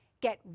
get